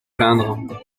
plaindre